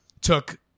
took